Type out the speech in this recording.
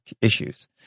issues